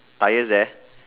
tyres there